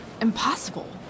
impossible